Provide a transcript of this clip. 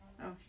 Okay